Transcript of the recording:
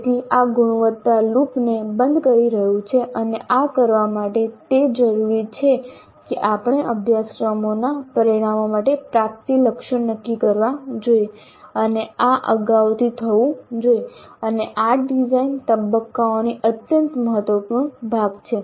તેથી આ ગુણવત્તા લૂપને બંધ કરી રહ્યું છે અને આ કરવા માટે તે જરૂરી છે કે આપણે અભ્યાસક્રમોના પરિણામો માટે પ્રાપ્તિ લક્ષ્યો નક્કી કરવા જોઈએ અને આ અગાઉથી થવું જોઈએ અને આ ડિઝાઇન તબક્કાનો અત્યંત મહત્વપૂર્ણ ભાગ છે